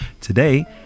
Today